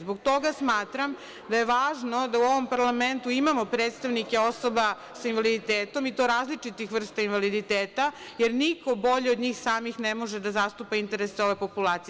Zbog toga smatram da je važno da u ovom parlamentu imamo predstavnike osoba sa invaliditetom, i to različitih vrsta invaliditeta, jer niko bolje od njih samih ne može da zastupa interese ove populacije.